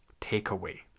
takeaway